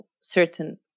certain